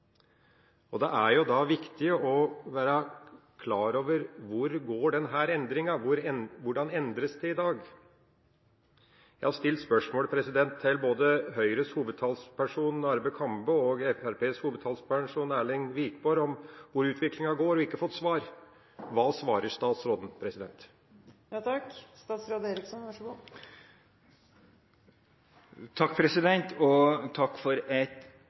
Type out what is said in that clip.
det viktig å være klar over hvor endringa går. Hvordan endres det i dag? Jeg har stilt spørsmålet om hvor utviklinga går, både til Høyres hovedtalsperson Arve Kambe og til Fremskrittspartiets hovedtalsperson Erlend Wiborg, og ikke fått svar. Hva svarer statsråden? Takk for et stort, innholdsrikt og viktig spørsmål. Det vil helt sikkert være sånn at undertegnede og